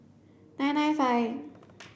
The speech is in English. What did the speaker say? nine nine five